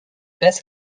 best